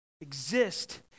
exist